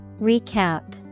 Recap